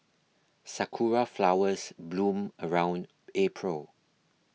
sakura flowers bloom around April